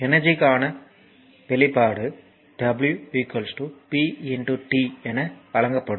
எனர்ஜிக்கான வெளிப்பாடு w p t என வழங்கப்படும்